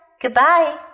Goodbye